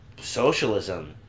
socialism